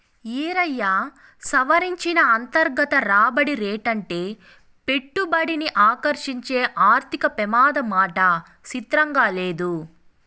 ఈరయ్యా, సవరించిన అంతర్గత రాబడి రేటంటే పెట్టుబడిని ఆకర్సించే ఆర్థిక పెమాదమాట సిత్రంగా లేదూ